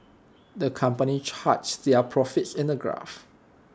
the company charts their profits in A graph